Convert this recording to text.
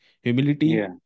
humility